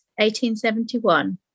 1871